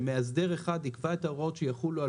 שמאסדר אחד יקבע את ההוראות שיחלו על